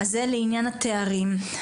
אז זה לעניין התארים.